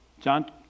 John